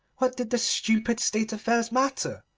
what did the stupid state-affairs matter?